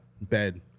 bed